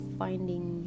finding